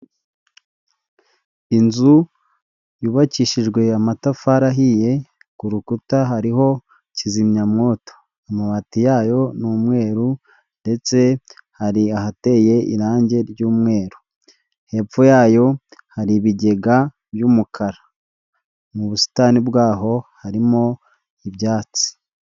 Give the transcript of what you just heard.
Inzu yubakishijwe amatafari ahiye, ku rukuta hariho kizimyamwoto, amabati yayo ni umweru ndetse hari ahateye irangi ry'umweru, hepfo yayo hari ibigega by'umukara, mu busitani bwaho harimo ibyatsi.